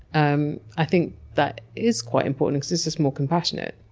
um i think that is quite important because it's just more compassionate.